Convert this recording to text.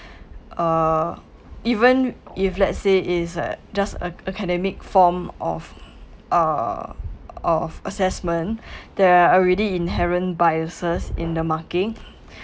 uh even if let's say is a just a academic form of uh of assessment there're already inherent biases in the marking